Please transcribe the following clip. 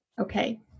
Okay